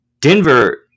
Denver